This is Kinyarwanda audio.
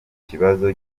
kibazo